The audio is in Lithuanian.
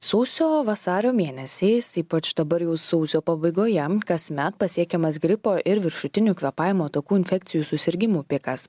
sausio vasario mėnesiais ypač dabar jau sausio pabaigoje jam kasmet pasiekiamas gripo ir viršutinių kvėpavimo takų infekcijų susirgimų pikas